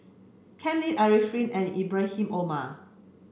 Ken Lim Arifin and Ibrahim Omar